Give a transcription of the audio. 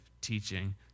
teaching